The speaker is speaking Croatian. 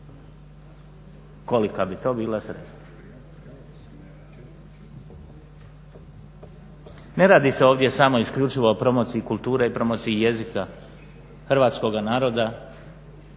kolika bi to bila sredstva. Ne radi se ovdje samo isključivo o promociji kulture i promociji jezika hrvatskoga naroda